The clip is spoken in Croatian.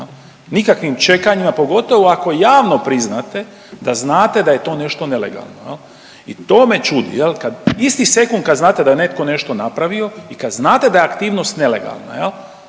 nikakvim čekanjima, pogotovo ako javno priznate da znate da je to nešto nelegalno jel i to me čudi jel kad isti sekund kad znate da je netko nešto napravio i kad znate da je aktivnost nelegalna